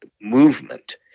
movement